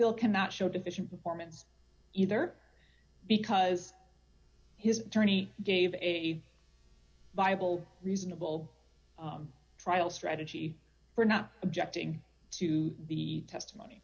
will cannot show division performance either because his attorney gave a viable reasonable trial strategy for not objecting to the testimony